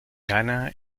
ghana